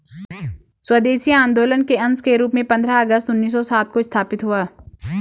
स्वदेशी आंदोलन के अंश के रूप में पंद्रह अगस्त उन्नीस सौ सात को स्थापित हुआ